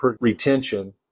retention